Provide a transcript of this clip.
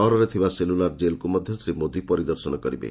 ସହରରେ ଥିବା ସେଲୁଲାର୍ ଜେଲ୍କୁ ମଧ୍ୟ ଶ୍ରୀ ମୋଦି ପରିଦର୍ଶନ କରିବେ